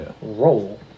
roll